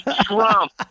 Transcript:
Trump